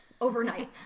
Overnight